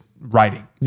writing